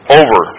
over